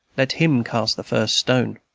let him cast the first stone.